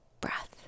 breath